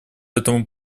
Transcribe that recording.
этому